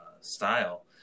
style